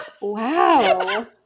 Wow